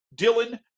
Dylan